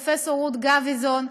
פרופסור רות גביזון.